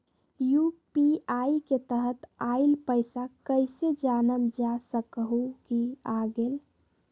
UPI के तहत आइल पैसा कईसे जानल जा सकहु की आ गेल?